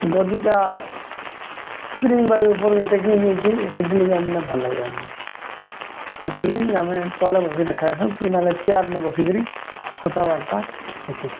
ଗଦିଟା spring ସେଥିଲାଗି ଆଉ ମାନେ ଭଲ ଲାଗେ ଆମକୁ ସେଥିଲାଗି ଆମେ ତଲେ ବସିକରି ଖାଏସୁଁ କି ନହେଲେ ଚେୟାର୍ନୁ ବସିକରି କଥାବାର୍ତ୍ତା ହେସୁ